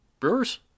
Brewer's